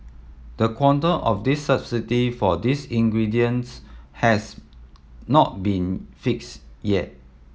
the quantum of this subsidy for these ingredients has not been fixed yet